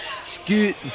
Scoot